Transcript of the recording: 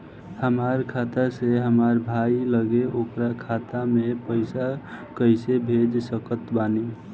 हमार खाता से हमार भाई लगे ओकर खाता मे पईसा कईसे भेज सकत बानी?